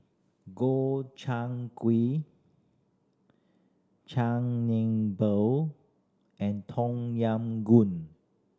Gobchang Gui Chigenabe and Tom Yam Goong